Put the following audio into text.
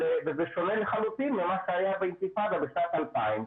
וזה שונה לחלוטין ממה שהיה באינתיפאדה בשנת 2000,